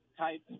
Type